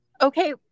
okay